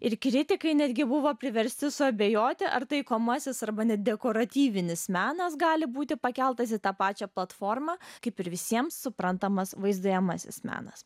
ir kritikai netgi buvo priversti suabejoti ar taikomasis arba net dekoratyvinis menas gali būti pakeltas į tą pačią platformą kaip ir visiems suprantamas vaizduojamasis menas